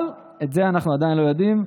אבל את זה אנחנו עדיין לא יודעים.